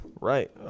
Right